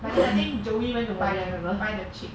but then I think joey went to buy the buy the chick